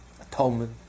Atonement